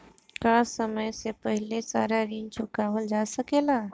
का समय से पहले सारा ऋण चुकावल जा सकेला?